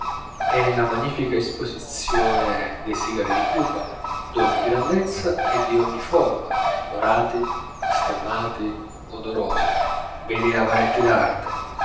e la magnifica esposizione dei sigari di cuba d'ogni grandezza e di ogni forma dorati stemmati odorosi veri lavoretti darte profusi